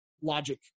logic